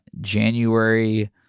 January